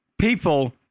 people